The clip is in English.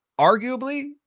arguably